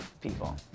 people